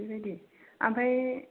बेबादि ओमफ्राय